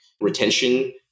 retention